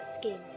skin